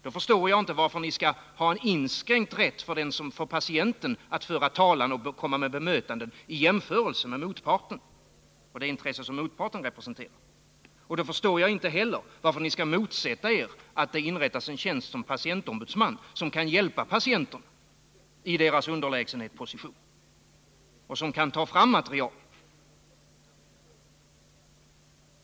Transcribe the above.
Då förstår jag inte varför ni för patienten skall ha en, i jämförelse med motparten och det intresse han representerar, inskränkt rätt att föra talan och göra bemötanden. Då förstår jag inte heller varför ni skall motsätta er att det inrättas en tjänst som patientombudsman. Denne patientombudsman kan ju hjälpa patienterna i deras underlägsenhetsposition och ta fram material.